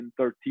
2013